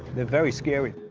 they're very scary.